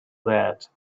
that